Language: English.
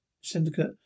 syndicate